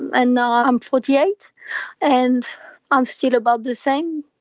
and now i'm forty eight and i'm still about the same.